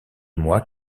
mois